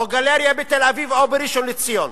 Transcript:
או גלריה בתל-אביב, או בראשון-לציון,